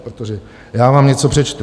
Protože já vám něco přečtu.